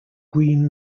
green